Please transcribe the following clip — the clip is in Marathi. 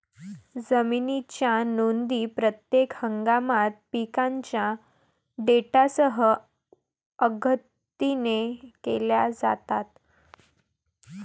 जमिनीच्या नोंदी प्रत्येक हंगामात पिकांच्या डेटासह अद्यतनित केल्या जातात